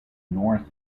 north